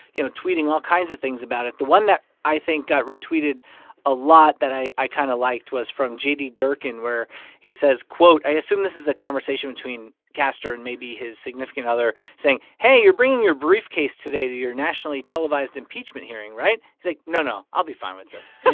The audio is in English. you know, tweeting all kinds of things about it. the one that i think got retweeted a lot that i i kind of liked was from j d. durkin, where he says, quote i assume this is a conversation between castor and maybe his significant other saying, hey, you're bringing your briefcase today to your nationally televised impeachment hearing, right? he's like, no, no. i'll be fine with this.